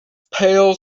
pale